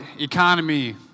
economy